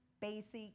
basic